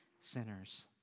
sinners